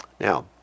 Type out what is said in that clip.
Now